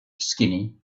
skinny